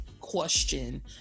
question